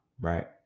right